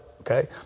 Okay